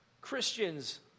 Christians